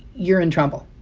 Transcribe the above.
you're in trouble